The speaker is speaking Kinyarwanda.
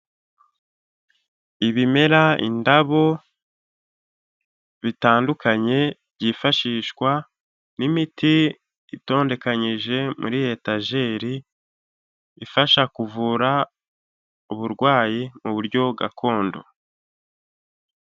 Ibimera, indabo, bitandukanye byifashishwa n' imiti itondekanyije muri etajeri, ifasha kuvura uburwayi mu buryo gakondo.